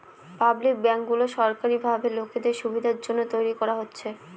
public ব্যাঙ্কগুলো সরকারি ভাবে লোকের সুবিধার জন্য তৈরী করা হচ্ছে